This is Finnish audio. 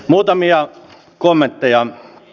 muutamia kommentteja